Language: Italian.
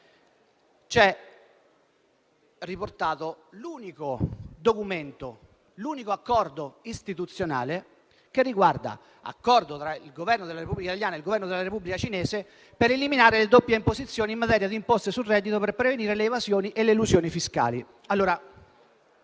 è riportato l'unico accordo istituzionale: «Accordo tra il Governo della Repubblica italiana e il Governo della Repubblica popolare cinese per eliminare le doppie imposizioni in materie di imposte sul reddito e per prevenire le evasioni e le elusioni fiscali».